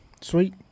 Sweet